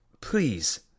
Please